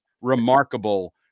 remarkable